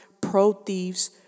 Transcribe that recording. pro-thieves